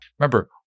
Remember